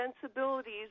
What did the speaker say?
sensibilities